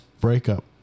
breakup